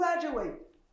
graduate